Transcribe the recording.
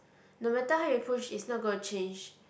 no matter how you push it's not gonna change